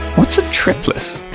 what's a tripliss?